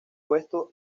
puesto